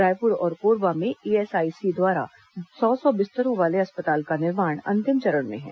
रायपुर और कोरबा में ईएसआईसी द्वारा सौ सौ बिस्तरों वाले अस्पताल का निर्माण अंतिम चरण में है